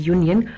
Union